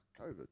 COVID